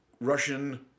Russian